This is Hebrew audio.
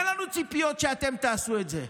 אז אין לנו ציפיות שתעשו את זה.